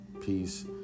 peace